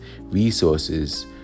resources